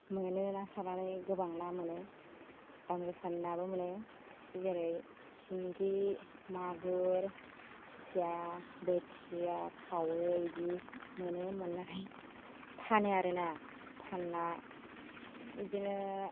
मोनो ना सारनानै गोबां ना मोनो दाम गोसानि नाबो मोनो जेरै सिंगि मागुर खुसिया बोथिया खावै इदि मोनो मोन्नानै फानो आरो ना फानना इदिनो